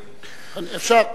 אפשר.